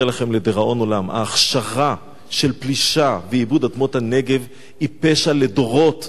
ההכשרה של פלישה ואיבוד אדמות הנגב היא פשע לדורות שייזכר לכם,